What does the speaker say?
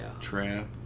trap